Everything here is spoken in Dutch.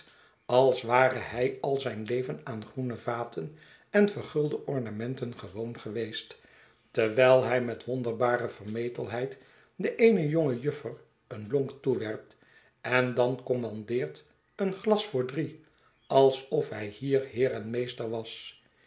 als ware h'tj al zijn leven aan groene vaten en vergulde ornamenten gewoon geweest terwijl hij met wonderbare vermetelheid de eene jonge juffer een lonk toewerpt en dan kommandeert een glas voor drie alsof hij hier heer en meester was